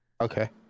Okay